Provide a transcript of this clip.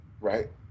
right